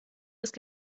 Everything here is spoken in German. ist